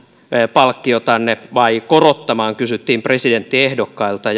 palkkiotanne vai korottamaan kysyttiin presidenttiehdokkailta